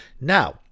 Now